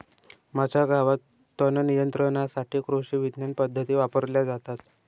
माझ्या गावात तणनियंत्रणासाठी कृषिविज्ञान पद्धती वापरल्या जातात